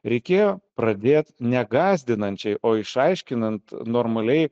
reikėjo pradėt ne gąsdinančiai o išaiškinant normaliai